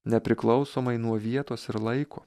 nepriklausomai nuo vietos ir laiko